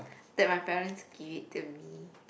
that my parents give it to me